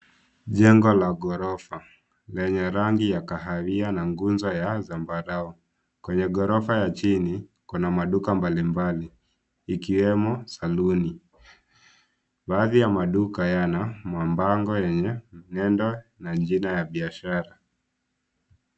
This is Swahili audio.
Jengo la gorofa lenye rangi ya kahawia na nguzo ya zambarau. Kwenye gorofa ya chini kuna maduka mbalimbali ikiwemo, saluni. Baadhi ya duka yana mabango yenye neno na jina ya biashara.